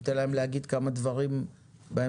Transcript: ניתן להם להגיד כמה דברים בהמשך.